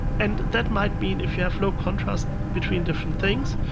and that might mean if you have low contrast between different things,